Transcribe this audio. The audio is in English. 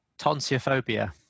tonsiophobia